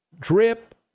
drip